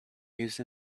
use